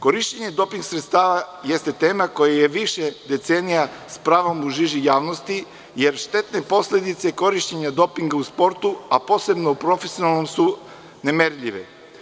Korišćenje doping sredstava jeste tema koja je više decenija sa pravom u žiži javnosti, jer štetne posledice korišćenja dopinga u sportu, a posebnom u profesionalnom su nemerljive.